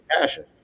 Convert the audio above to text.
passion